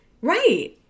Right